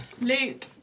Luke